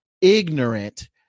ignorant